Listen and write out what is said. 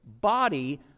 body